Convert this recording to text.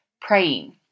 Praying